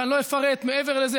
ולא אפרט מעבר לזה,